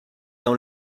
dans